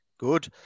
Good